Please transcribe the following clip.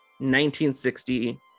1960